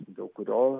dėl kurio